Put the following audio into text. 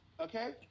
Okay